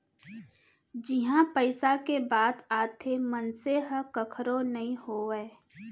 जिहाँ पइसा के बात आथे मनसे ह कखरो नइ होवय